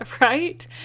Right